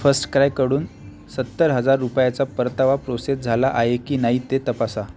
फर्स्टक्राय कडून सत्तर हजार रुपयांचा परतावा प्रोसेस झाला आहे की नाही ते तपासा